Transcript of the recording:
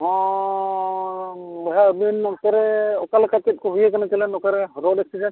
ᱦᱮᱸ ᱵᱚᱭᱦᱟ ᱟᱹᱵᱤᱱ ᱱᱚᱛᱮ ᱨᱮ ᱚᱠᱟ ᱞᱮᱠᱟ ᱪᱮᱫ ᱠᱚ ᱦᱩᱭᱩᱜ ᱠᱟᱱᱟ ᱛᱤᱱᱟᱹᱜ ᱱᱚᱛᱮ ᱨᱮ ᱨᱳᱰ ᱮᱠᱥᱤᱰᱮᱱᱴ